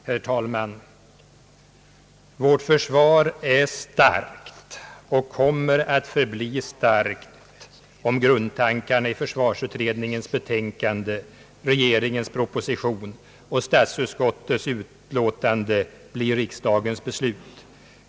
Herr talman! Vårt försvar är starkt och kommer att förbli starkt, om grundtankarna i försvarsutredningens betänkande, regeringens proposition och statsutskottets utlåtande blir riksdagens beslut.